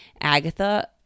Agatha